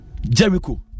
Jericho